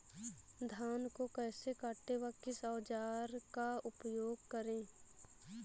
धान को कैसे काटे व किस औजार का उपयोग करें?